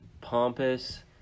pompous